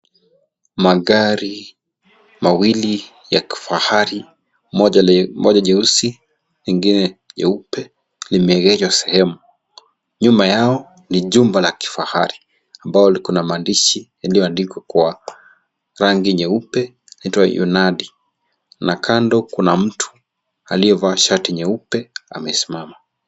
Magari mawili ya kifahari moja jeusi lingine nyeupe limeegeshwa sehemu. Nyuma yao ni jumba la kifahari ambalo liko na maandishi yaliyoandikwa kwa rangi nyeupe inaitwa Hyundai. Na kando kuna mtu aliyevaa shati nyeupe amesimama.